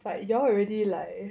but you all already like